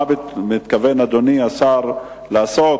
מה מתכוון אדוני השר לעשות,